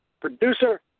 producer